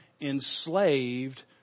enslaved